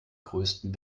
größten